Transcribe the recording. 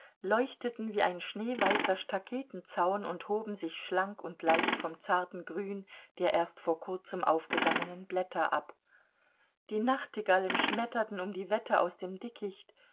leuchteten wie ein schneeweißer staketenzaun und hoben sich schlank und leicht vom zarten grün der erst vor kurzem aufgegangenen blätter ab die nachtigallen schmetterten um die wette aus dem dickicht